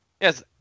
Yes